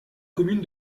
commune